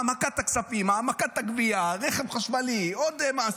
העמקת הכספים, העמקת הגבייה, רכב חשמלי, עוד מס.